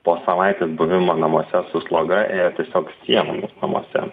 po savaitės buvimo namuose su sloga ėjo tiesiog sienom jis namuose